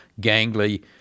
gangly